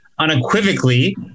Unequivocally